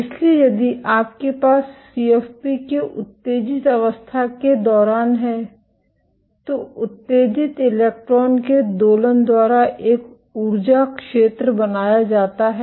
इसलिए यदि आपके पास सीएफपी के उत्तेजित अवस्था के दौरान है तो उत्तेजित इलेक्ट्रॉन के दोलन द्वारा एक ऊर्जा क्षेत्र बनाया जाता है